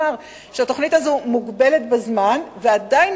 גם אמר שהתוכנית הזאת מוגבלת בזמן ועדיין